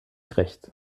recht